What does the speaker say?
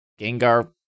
Gengar